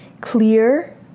Clear